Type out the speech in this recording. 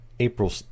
April